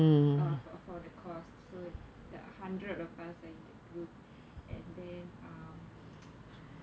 uh uh fo~ for the course so the hundred of us are in the group and then um